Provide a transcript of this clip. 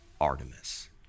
Artemis